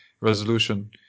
resolution